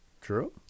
True